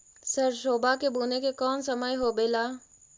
सरसोबा के बुने के कौन समय होबे ला?